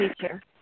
teacher